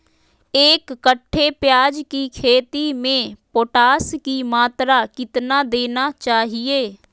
एक कट्टे प्याज की खेती में पोटास की मात्रा कितना देना चाहिए?